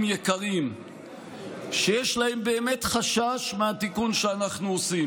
יקרים שיש להם באמת חשש מהתיקון שאנחנו עושים,